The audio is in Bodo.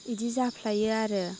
इदि जाफ्लायो आरो